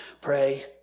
pray